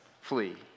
flee